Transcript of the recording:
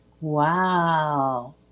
Wow